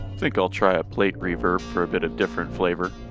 think i'll try a plate reverb for a bit of different flavor